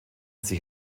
sich